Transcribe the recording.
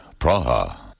Praha